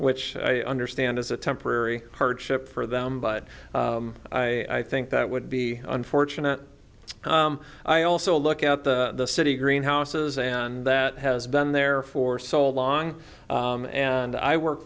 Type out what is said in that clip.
which i understand is a temporary hardship for them but i think that would be unfortunate i also look at the city greenhouses and that has been there for so long and i work